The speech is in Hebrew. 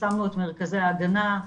פרסמנו את מרכזי ההגנה.